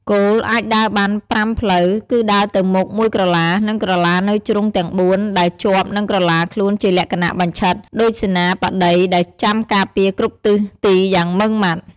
គោល អាចដើរបានប្រាំផ្លូវ គឺដើរទៅមុខមួយក្រឡា និងក្រឡានៅជ្រុងទាំងបួនដែលជាប់នឹងក្រឡាខ្លួនជាលក្ខណៈបញ្ឆិត ដូចសេនាបតីដែលចាំការពារគ្រប់ទិសទីយ៉ាងម៉ឺងម៉ាត់។